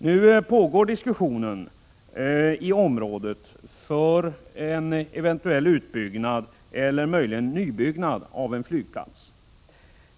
Nu pågår diskussionen i området för en eventuell utbyggnad eller möjligen nybyggnad av en flygplats.